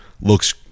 looks